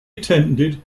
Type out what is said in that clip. attended